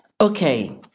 Okay